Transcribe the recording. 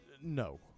No